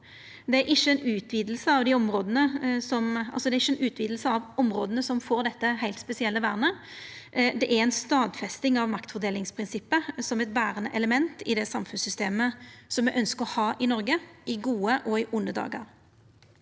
Det er ikkje ei utviding av dei områda som får dette heilt spesielle vernet. Det er ei stadfesting av maktfordelingsprinsippet som eit berande element i det samfunnssystemet som me ønskjer å ha i Noreg, i gode og i vonde dagar.